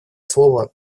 слово